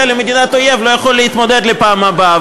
למדינת אויב לא יכול להתמודד בפעם הבאה,